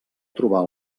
trobar